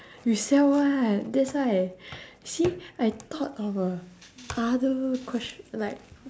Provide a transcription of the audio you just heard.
you sell what that's why see I thought of a harder questi~ like